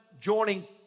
joining